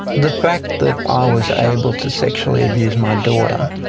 the fact that i was able to sexually abuse my daughter,